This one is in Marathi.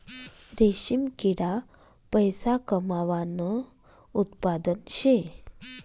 रेशीम किडा पैसा कमावानं उत्पादन शे